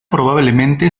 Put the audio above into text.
probablemente